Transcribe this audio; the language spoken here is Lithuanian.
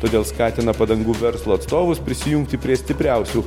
todėl skatina padangų verslo atstovus prisijungti prie stipriausių